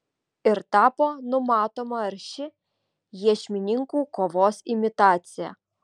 ir tapo numatoma arši iešmininkų kovos imitacija